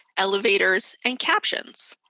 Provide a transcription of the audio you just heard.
elevators, and captions.